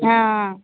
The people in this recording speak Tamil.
ஆஆ